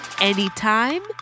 anytime